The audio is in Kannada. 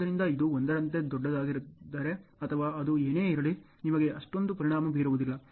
ಆದ್ದರಿಂದ ಇದು 1 ರಂತೆ ದೊಡ್ಡದಾಗಿದ್ದರೆ ಅಥವಾ ಅದು ಏನೇ ಇರಲಿ ನಿಮಗೆ ಅಷ್ಟೊಂದು ಪರಿಣಾಮ ಬೀರುವುದಿಲ್ಲ